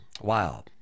Wow